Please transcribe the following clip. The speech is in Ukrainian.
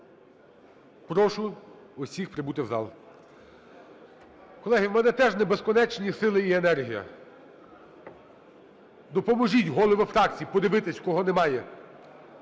прошу всіх прибути в зал. Колеги, у мене теж не безконечні сили і енергія. Допоможіть, голови фракцій, подивитись, кого немає,